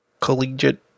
collegiate